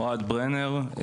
אוהד ברנר,